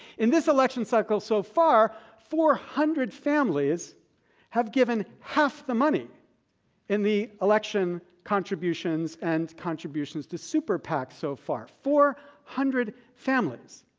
in this election cycle so far, four hundred families have given half the money in the election contributions and contributions to super pac, so far. four hundred families!